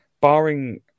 barring